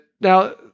Now